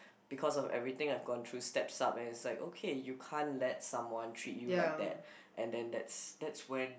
because of everything I've gone through steps up and it's like okay you can't let someone treat you like that and then that's that's when